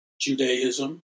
Judaism